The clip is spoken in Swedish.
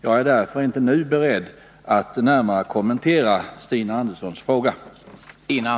Jag är därför inte beredd att nu närmare kommentera Stina Anderssons fråga.